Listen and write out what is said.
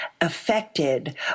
affected